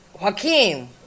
Joaquin